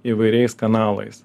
įvairiais kanalais